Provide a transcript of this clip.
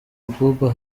abuba